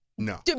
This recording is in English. No